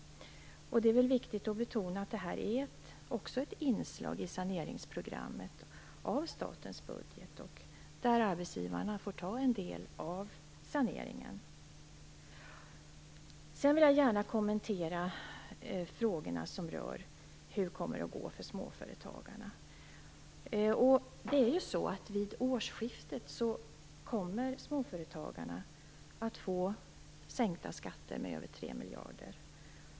Det är viktigt att betona att också det här är ett inslag i programmet för sanering av statens budget, där också arbetsgivarna får ta en del av saneringen. Sedan vill jag gärna kommentera frågorna om hur det kommer att gå för småföretagarna. Vid årsskiftet kommer småföretagarna att få en sänkning av skatterna med över 3 miljarder.